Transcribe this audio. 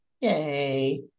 Yay